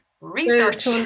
research